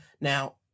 Now